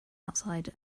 outside